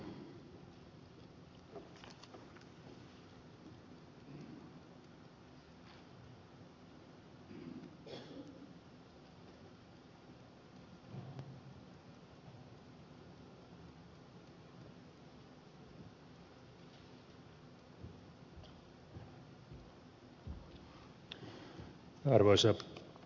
arvoisa puhemies